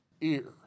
ear